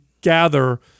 gather